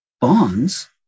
bonds